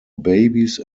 babies